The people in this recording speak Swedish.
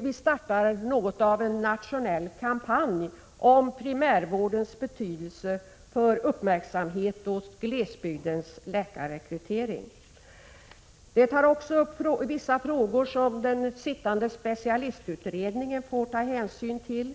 vi startar något av en nationell kampanj om primärvårdens betydelse för uppmärksamhet åt glesbygdens läkarrekrytering. I undersökningen tas också upp vissa frågor som den sittande specialistutredningen får ta hänsyn till.